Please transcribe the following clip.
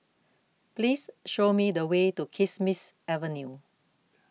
Please Show Me The Way to Kismis Avenue